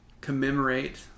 commemorate